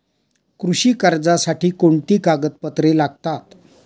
कृषी कर्जासाठी कोणती कागदपत्रे लागतात?